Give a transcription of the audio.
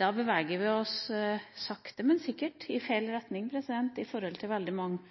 Da beveger vi oss sakte, men sikkert i feil retning når det gjelder veldig mange